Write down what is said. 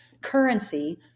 currency